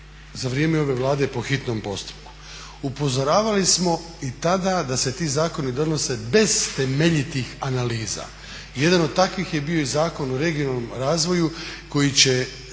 za vrijeme ove Vlade po hitnom postupku. Upozoravali smo i tada da se ti zakoni donose bez temeljitih analiza. Jedan od takvih je bio i Zakon o regionalnom razvoju koji će